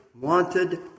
wanted